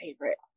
favorite